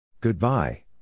Goodbye